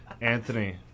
Anthony